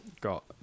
got